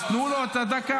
אז תנו לו את הדקה.